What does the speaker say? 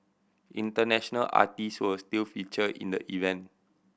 international artist will still feature in the event